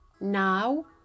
now